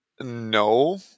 no